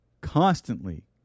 constantly